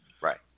Right